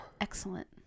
Excellent